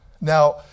now